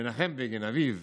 מנחם בגין, אביו,